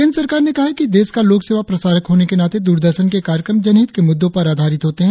केंद्र सरकार ने कहा है कि देश का लोकसेवा प्रसारक होने के नाते दूरदर्शन के कार्यक्रम जनहित के मुद्दों पर आधारित होते है